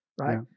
right